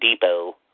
Depot